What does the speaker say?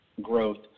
growth